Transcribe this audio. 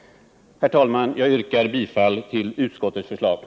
Herr talman! Jag ber att få yrka bifall till utskottets hemställan.